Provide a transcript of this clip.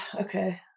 okay